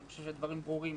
אני חושב שהדברים ברורים,